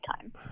time